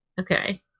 Okay